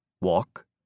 walk